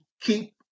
keep